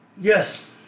Yes